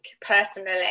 personally